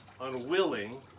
unwilling